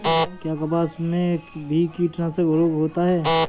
क्या कपास में भी कीटनाशक रोग होता है?